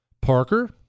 Parker